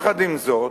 עם זאת,